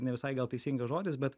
ne visai gal teisingas žodis bet